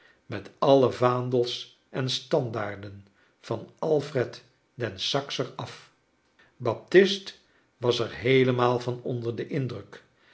met alio vaandels en standaarden van alfred den sakser af baptist was er heelemaal van onder den indruk